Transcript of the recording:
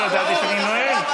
אני הודעתי שאני נועל.